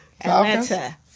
Atlanta